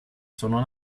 sono